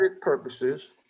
purposes